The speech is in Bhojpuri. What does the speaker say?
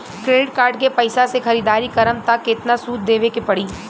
क्रेडिट कार्ड के पैसा से ख़रीदारी करम त केतना सूद देवे के पड़ी?